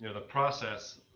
the process